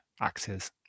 axis